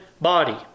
body